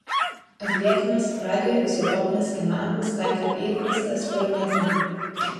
atliekamas radioizotopinis skenavimas taikant įprastą spirometriją